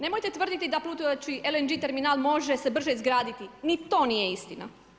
Nemojte tvrditi da plutajući LNG terminal može se brže izgraditi, ni to nije istina.